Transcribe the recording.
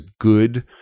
good